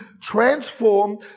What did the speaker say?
transform